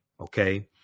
okay